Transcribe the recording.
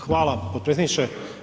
Hvala potpredsjedniče.